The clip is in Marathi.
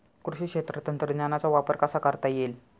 कृषी क्षेत्रात तंत्रज्ञानाचा वापर कसा करता येईल?